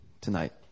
tonight